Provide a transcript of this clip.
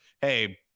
hey